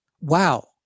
wow